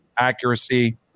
accuracy